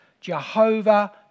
Jehovah